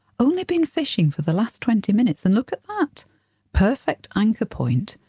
only been fishing for the last twenty minutes and look at that perfect anchor point,